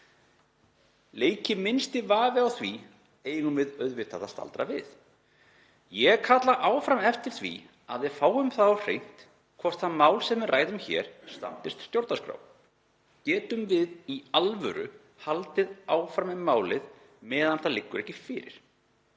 Leiki minnsti vafi á því eigum við auðvitað að staldra við. Ég kalla áfram eftir því að við fáum það á hreint hvort það mál sem við ræðum hér standist stjórnarskrá. Getum við í alvöru haldið áfram með málið meðan það liggur ekki fyrir?